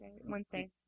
Wednesday